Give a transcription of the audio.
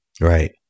Right